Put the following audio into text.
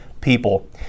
people